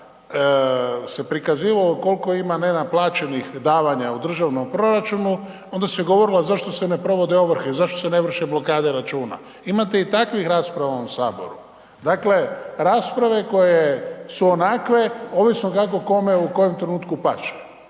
kada se prikazivalo koliko ima nenaplaćanih davanja u državnom proračunu, onda se govorilo zašto se ne provode ovrhe, zašto se ne vrše blokade računa. Imate i takvih rasprava u ovom Saboru. Dakle, rasprave koje su onakve ovisno kako kome u kojem trenutku paše